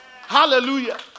Hallelujah